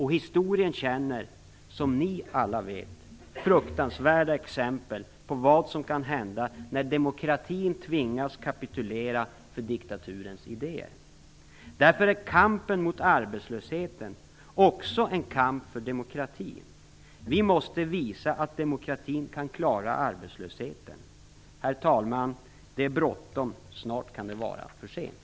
Historien känner, som ni alla vet, fruktansvärda exempel på vad som kan hända när demokratin tvingas kapitulera för diktaturens idéer. Därför är kampen mot arbetslösheten också en kamp för demokratin. Vi måste visa att demokratin kan klara arbetslösheten. Herr talman, det är bråttom. Snart kan det vara för sent.